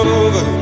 over